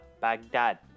Baghdad